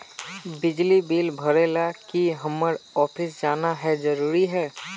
बिजली बिल भरे ले की हम्मर ऑफिस जाना है जरूरी है?